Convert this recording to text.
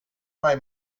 mai